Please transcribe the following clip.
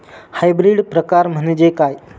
Hybrid प्रकार म्हणजे काय?